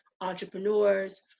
entrepreneurs